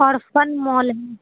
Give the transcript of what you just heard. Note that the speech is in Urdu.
اورفن مال ہے